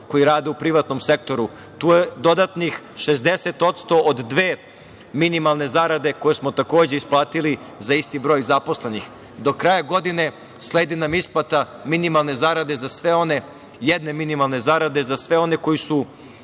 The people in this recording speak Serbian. koji rade u privatnom sektoru. Tu je dodatnih 60% od dve minimalne zarade koje smo takođe isplatili za isti broj zaposlenih. Do kraja godine sledi nam isplata minimalne zarade za sve one, jedne minimalne zarade, za sve oni koji